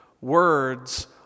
Words